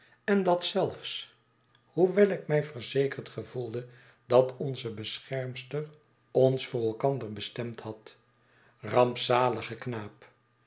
en dat zelfs hoevvel ik mij verzekerd gevoelde dat onze beschermster ons voor elkander bestemd had rampzalige knaap